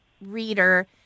reader